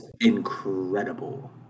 incredible